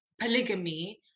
polygamy